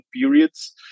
periods